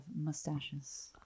mustaches